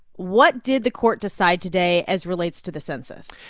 what did the court decide today as relates to the census?